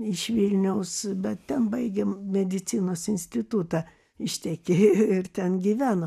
iš vilniaus bet ten baigė medicinos institutą ištekėjo ir ten gyveno